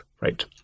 Right